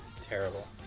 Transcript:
terrible